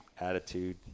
attitude